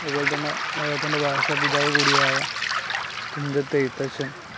അതുപോലെ തന്നെ മലയാളത്തിൻ്റെ ഭാഷപിതാവ് കൂടിയായ തുഞ്ചത്തെഴുത്തച്ഛന്